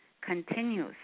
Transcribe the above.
continues